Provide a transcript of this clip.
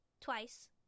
twice